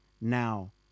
Now